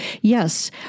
yes